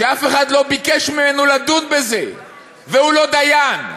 כשאף אחד לא ביקש ממנו לדון בזה והוא לא דיין?